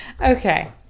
Okay